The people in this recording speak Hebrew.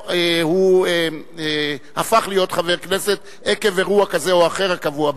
הוא הפך להיות חבר הכנסת עקב אירוע כזה או אחר הקבוע בחוק.